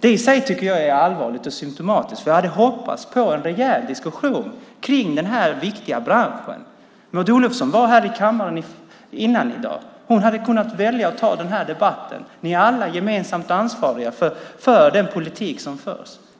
Det i sig är allvarligt och symtomatiskt. Jag hade hoppats på en rejäl diskussion om den här viktiga branschen. Maud Olofsson var här i kammaren tidigare i dag. Hon hade kunnat välja att ta debatten. Ni är alla gemensamt ansvariga för den politik som förs.